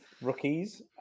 rookies